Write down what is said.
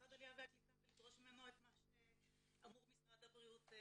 למשרד הקליטה ולדרוש ממנו את מה שאמור משרד הבריאות לבצע.